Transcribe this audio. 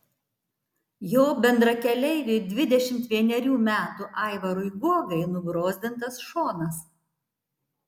jo bendrakeleiviui dvidešimt vienerių metų aivarui guogai nubrozdintas šonas